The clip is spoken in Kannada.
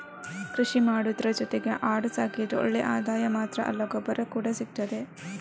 ಕೃಷಿ ಮಾಡುದ್ರ ಜೊತೆಗೆ ಆಡು ಸಾಕಿದ್ರೆ ಒಳ್ಳೆ ಆದಾಯ ಮಾತ್ರ ಅಲ್ಲ ಗೊಬ್ಬರ ಕೂಡಾ ಸಿಗ್ತದೆ